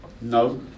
No